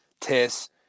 tests